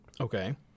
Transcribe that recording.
Okay